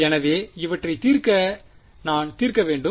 எனவே இவற்றைத் தீர்க்க நான் தீர்க்க வேண்டும்